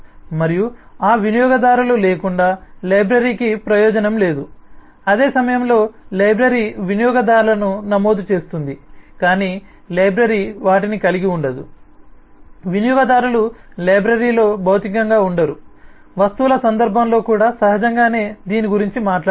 మరియు ఆ వినియోగదారులు లేకుండా లైబ్రరీకి ప్రయోజనం లేదు అదే సమయంలో లైబ్రరీ వినియోగదారులను నమోదు చేస్తుంది కాని లైబ్రరీ వాటిని కలిగి ఉండదు వినియోగదారులు లైబ్రరీలో భౌతికంగా ఉండరు వస్తువుల సందర్భంలో కూడా సహజంగానే దీని గురించి మాట్లాడాము